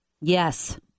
Yes